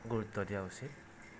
গুৰুত্ব দিয়া উচিত